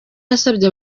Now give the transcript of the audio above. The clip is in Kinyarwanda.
yasabye